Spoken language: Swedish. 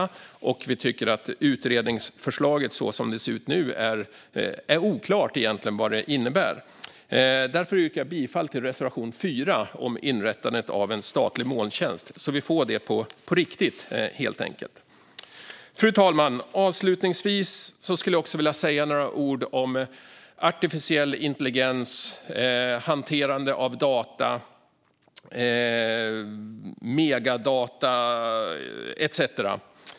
Vi tycker också att det är oklart vad utredningsförslaget, så som det ser ut nu, egentligen innebär. Därför yrkar jag bifall till reservation 4 om inrättande av en statlig molntjänst - så att vi får det på riktigt, helt enkelt. Fru talman! Avslutningsvis skulle jag också vilja säga några ord om artificiell intelligens, hanterande av data, megadata etcetera.